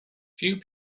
few